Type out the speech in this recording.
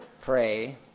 pray